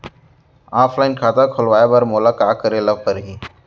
Offline खाता खोलवाय बर मोला का करे ल परही?